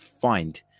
find